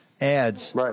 ads